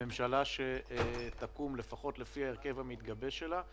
בממשלה שתקום, לפחות לפי ההרכב המתגבש שלה,